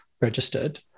registered